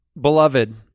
beloved